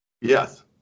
yes